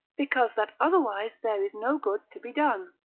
because that otherwise there is no good to be done.